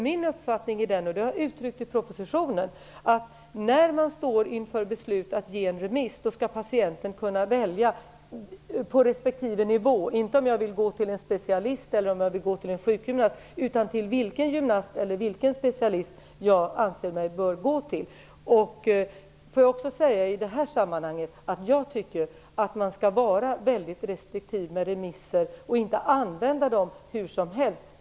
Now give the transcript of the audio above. Min uppfattning är den, och det har jag uttryckt i propositionen, att när man står inför beslut att ge en remiss skall patienten kunna välja på respektive nivå. Jag skall inte kunna välja om jag vill gå till en specialist eller till en sjukgymnast, utan till vilken sjukgymnast eller vilken specialist jag anser att jag bör gå till. Får jag också i detta sammanhang säga, att man skall vara mycket restriktiv med remisser och inte använda dem hur som helst.